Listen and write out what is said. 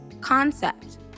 concept